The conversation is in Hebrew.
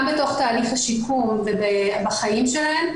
גם בתוך תהליך השיקום בחיים שלהם,